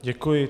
Děkuji.